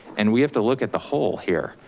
and we have to look at the whole here.